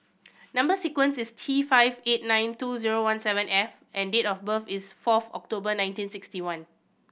number sequence is T five eight nine two zero one seven F and date of birth is fourth October nineteen sixty one